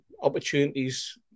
opportunities